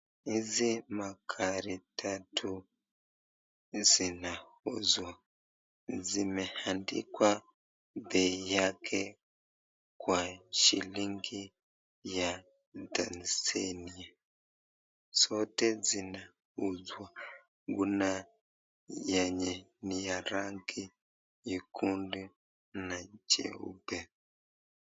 Hizi magari tatu zinauzwa. Zimeandikwa bei yake kwa shilingi ya Tanzania. Zote zinauzwa. Kuna yenye ni ya rangi nyekundu na jeupe.